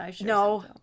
No